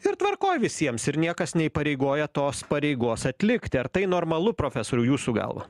ir tvarkoj visiems ir niekas neįpareigoja tos pareigos atlikti ar tai normalu profesoriau jūsų galva